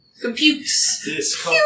Computes